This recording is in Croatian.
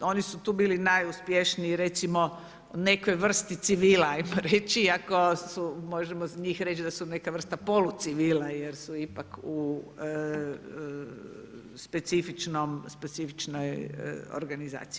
Oni su tu bili najuspješniji recimo nekoj vrsti civila ajmo reći, iako možemo za njih reći da su neka vrsta polucivila jer su ipak u specifičnoj organizaciji.